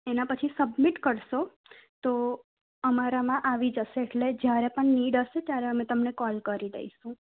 એના પછી સબમિટ કરશો તો અમારામાં આવી જશે એટલે જ્યારે પણ નીડ હસે ત્યારે અમે તમને કોલ કરી દઈશું